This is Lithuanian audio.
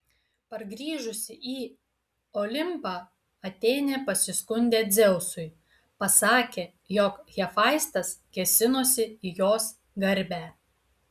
pargrįžusi į olimpą atėnė pasiskundė dzeusui pasakė jog hefaistas kėsinosi į jos garbę